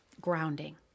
Grounding